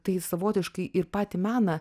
tai savotiškai ir patį meną